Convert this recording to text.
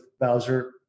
Bowser